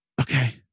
Okay